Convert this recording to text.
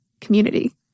community